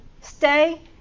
stay